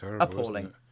Appalling